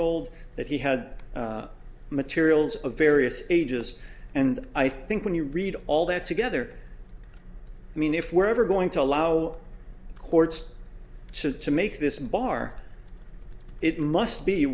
old that he had materials of various ages and i think when you read all that together i mean if we're ever going to allow courts to to make this bar it must be